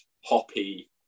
hoppy